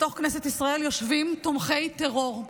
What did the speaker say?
בתוך כנסת ישראל יושבים תומכי טרור,